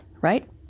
right